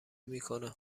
میکنه